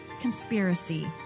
Conspiracy